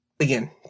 Again